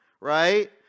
Right